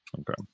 Okay